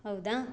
ಹೌದಾ